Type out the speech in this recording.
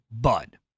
Bud